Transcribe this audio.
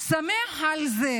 שמח על זה